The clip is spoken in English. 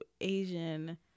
Asian